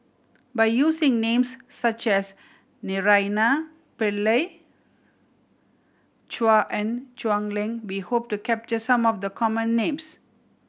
by using names such as Naraina Pillai Chua and Quek Ling we hope to capture some of the common names